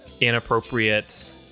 inappropriate